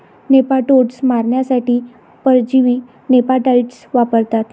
nematodes मारण्यासाठी परजीवी nematicides वापरतात